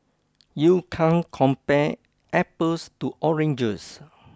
you can't compare apples to oranges